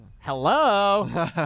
Hello